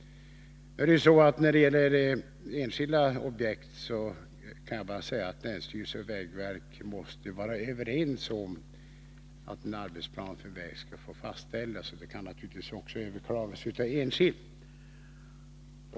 I fråga om enskilda objekt kan jag bara säga att länsstyrelse och vägverk måste vara överens om att en arbetsplan för väg skall få fastställas. En plan kan också överklagas av enskild.